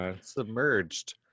submerged